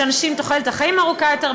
שלאנשים יש תוחלת חיים ארוכה יותר,